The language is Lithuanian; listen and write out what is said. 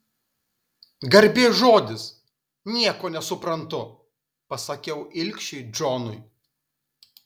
garbės žodis nieko nesuprantu pasakiau ilgšiui džonui